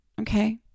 Okay